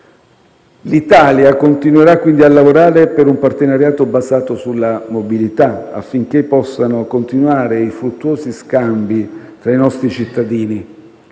L'Italia continuerà quindi a lavorare per un partenariato basato sulla mobilità, affinché possano continuare i fruttuosi scambi economici tra i nostri cittadini,